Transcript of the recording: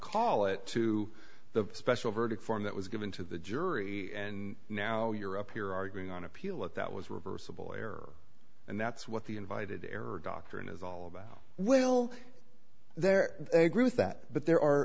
call it to the special verdict form that was given to the jury and now you're up here are going on appeal it that was reversible error and that's what the invited error doctrine is all about will there be a group that but there are